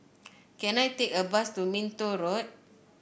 can I take a bus to Minto Road